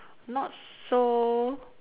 not so